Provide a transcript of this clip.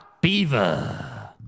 Beaver